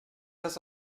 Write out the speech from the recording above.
das